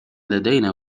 لدينا